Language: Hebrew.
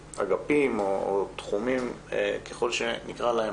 אגפים, או תחומים, ככל שנקרא להם.